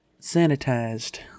sanitized